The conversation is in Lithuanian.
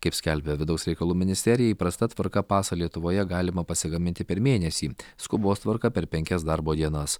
kaip skelbia vidaus reikalų ministerija įprasta tvarka pasą lietuvoje galima pasigaminti per mėnesį skubos tvarka per penkias darbo dienas